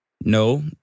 no